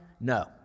No